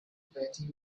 petty